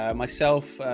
um myself, ah,